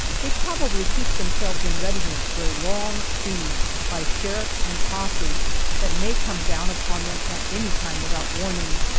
they probably keep themselves in readiness for a long siege by sheriff and posse that may come down upon them at any time without warning.